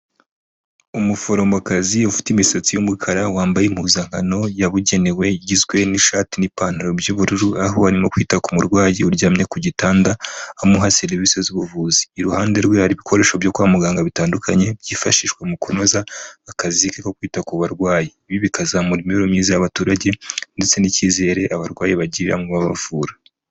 Umuforomokazi ufite imisatsi y'umukara, wambaye impuzankano yabugenewe igizwe n'ishati n'ipantaro by'ubururu aho arimo kwita ku murwayi uryamye ku gitanda, amuha serivise z'ubuvuzi, iruhande rwe hari ibikoresho byo kwa muganga bitandukanye, byifashishwa mu kunoza akazi ke ko kwita ku barwayi, ibi bikazamura imibereho myiza y'abaturage ndetse n'icyizere abarwayi bagirira mu babavura.